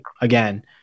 again